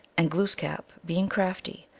and glooskap, being crafty,